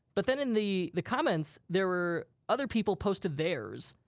but then in the the comments, there were, other people posted theirs.